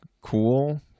cool